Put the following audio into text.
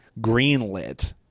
greenlit